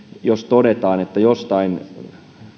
jos todetaan että joistain